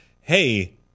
hey